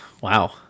Wow